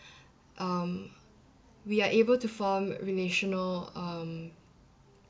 um we are able to form r~ relational um